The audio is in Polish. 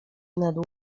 nad